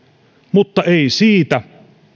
mutta ei siitä